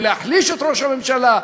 ולהחליש את ראש הממשלה,